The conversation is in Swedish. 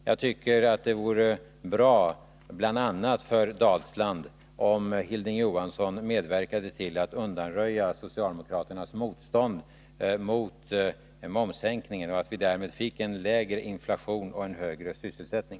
Jag tycker att det vore bra bl.a. för Dalsland om Hilding Johansson medverkade till att undanröja socialdemokraternas motstånd mot momssänkningen, så att vi genom den får lägre inflation och högre sysselsättning.